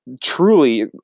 truly